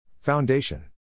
Foundation